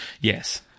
yes